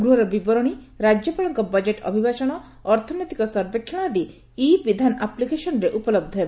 ଗୃହର ବିବରଣୀ ରାଜ୍ୟପାଳଙ୍କ ବଜେଟ୍ ଅଭିଭାଷଣ ଅର୍ଥନୈତିକ ସର୍ବେକ୍ଷଣ ଆଦି ଇ ବିଧାନ ଆପ୍ଲିକେଶନରେ ଉପଲ ହେବ